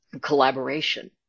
collaboration